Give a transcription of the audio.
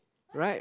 right